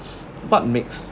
what makes